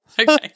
Okay